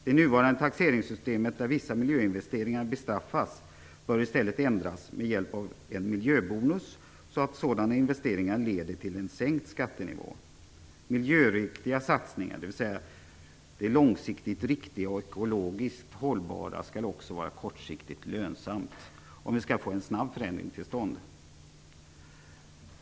Det nuvarande taxeringssystemet, där vissa miljöinvesteringar bestraffas, bör i stället ändras med hjälp av en miljöbonus så att sådana investeringar leder till en sänkt skattenivå. Miljöriktiga satsningar, dvs. de långsiktigt riktiga och ekologiskt hållbara, skall också vara kortsiktigt lönsamma om vi skall få en snabb förändring till stånd.